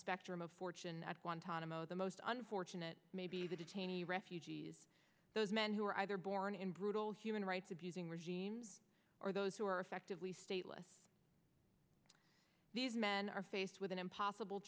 spectrum of fortune at guantanamo the most unfortunate may be the detainees refugees those men who were either born in brutal human rights abusing regime or those who are effectively stateless these men are faced with an impossible